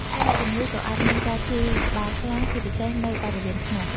ហើយអ្នកជំងឺក៏អាចមាន ការឈឺក្បាលខ្លាំង ជាពិសេសនៅបរិវេណថ្ងាស។